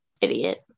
idiot